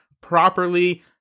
Properly